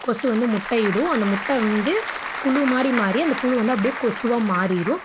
கொசு வந்து முட்டையிடும் அந்த முட்டை வந்து புழு மாதிரி மாறி அந்த புழு வந்து அப்படியே கொசுவாக மாறிடும்